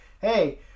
hey